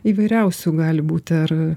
įvairiausių gali būti ar